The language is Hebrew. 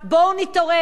בואו נתעורר,